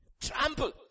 trample